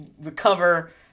recover